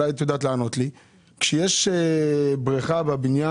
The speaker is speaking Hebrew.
אבל אולי את יודעת לענות לי: כשיש בריכה בבניין